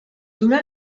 donà